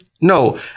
No